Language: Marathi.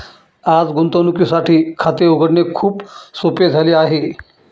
आज गुंतवणुकीसाठी खाते उघडणे खूप सोपे झाले आहे